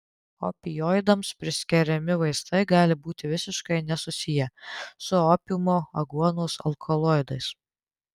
opioidams priskiriami vaistai gali būti visiškai nesusiję su opiumo aguonos alkaloidais